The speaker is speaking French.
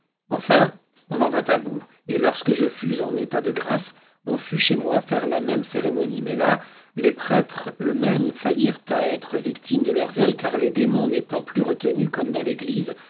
enfin on en vint à bout et lorsque je fus en état de grâce on fut chez moi faire la même cérémonie mais là les prêtres eux-mêmes faillirent à être victimes de leur zèle car les démons n'étant plus retenus comme dans l'église